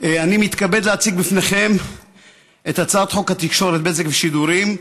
אני מתכבד להציג בפניכם את הצעת חוק התקשורת (בזק ושידורים)